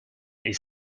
est